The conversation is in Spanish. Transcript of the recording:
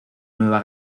nueva